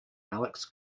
alex